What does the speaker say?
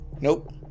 nope